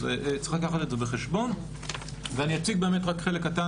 אז צריך לקחת את זה בחשבון ואני אציג באמת רק חלק קטן